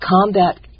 combat